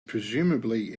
presumably